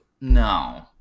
No